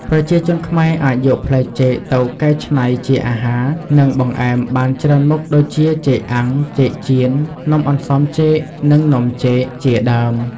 ប្រជាជនខ្មែរអាចយកផ្លែចេកទៅកែច្នៃជាអាហារ និងបង្អែមបានច្រើនមុខដូចជា ចេកអាំង ចេកចៀន នំអន្សមចេក និង នំចេក ជាដើម។